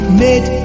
made